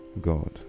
god